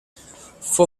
fou